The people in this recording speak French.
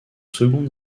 second